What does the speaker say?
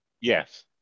Yes